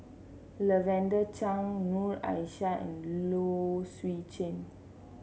Lavender Chang Noor Aishah and Low Swee Chen